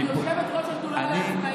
אני יושבת-ראש השדולה לעצמאים.